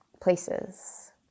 places